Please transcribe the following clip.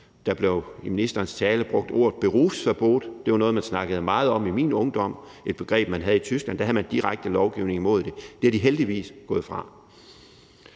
Der blev i ministerens tale brugt ordet berufsverbot. Det var noget, man snakkede meget om i min ungdom. Det er et begreb, man havde i Tyskland. Der havde man direkte lovgivning imod det – det er de heldigvis gået væk